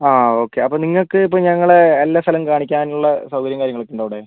ആ ഓക്കേ അപ്പോൾ നിങ്ങൾക്ക് ഇപ്പോൾ ഞങ്ങളെ എല്ലാ സ്ഥലവും കാണിക്കാനുള്ള സൗകര്യവും കാര്യങ്ങളുമൊക്കെ ഉണ്ടോ അവിടെ